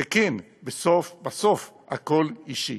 וכן, בסוף, הכול אישי.